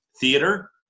theater